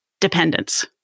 dependence